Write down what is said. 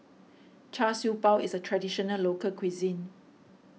Char Siew Bao is a Traditional Local Cuisine